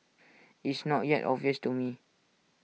it's not yet obvious to me